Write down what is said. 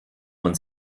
man